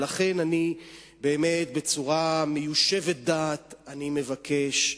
לכן, אני, באמת בצורה מיושבת-דעת, מבקש: